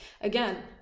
Again